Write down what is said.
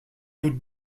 toute